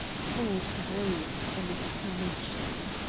ford breathed an exclamation.